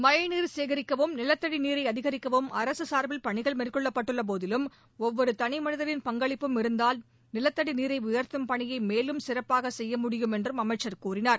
மழழ நீரை சேகரிக்கவும் நிலத்தடி நீரை அதிகரிக்கவும் அரசு சார்பில் பணிகள் மேற்கொள்ளப்பட்டுள்ள போதிலும் ஒவ்வொரு தனி மனிதனின் பங்களிப்பும் இருந்தால் நிலத்தடி நீரை உயர்த்தும் பணியை மேலும் சிறப்பாக செய்ய முடியும் என்றும் அமைச்சர் கூறினார்